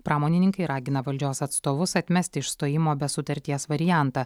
pramonininkai ragina valdžios atstovus atmesti išstojimo be sutarties variantą